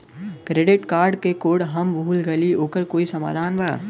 Credit card क code हम भूल गइली ओकर कोई समाधान बा?